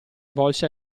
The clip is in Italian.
volse